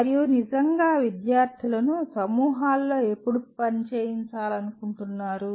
మరియు మీరు నిజంగా విద్యార్థులను సమూహాలలో ఎప్పుడు పని చేయాలనుకుంటున్నారు